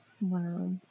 Wow